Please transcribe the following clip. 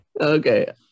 Okay